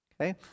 Okay